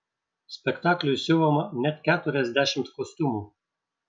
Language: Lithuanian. spektakliui siuvama net keturiasdešimt kostiumų